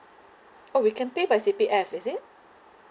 oh we can pay by C_P_F is it